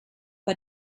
bei